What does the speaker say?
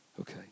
Okay